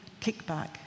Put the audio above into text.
kickback